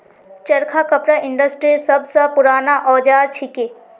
चरखा कपड़ा इंडस्ट्रीर सब स पूराना औजार छिके